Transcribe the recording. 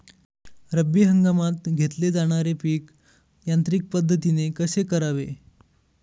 रब्बी हंगामात घेतले जाणारे पीक यांत्रिक पद्धतीने कसे करावे?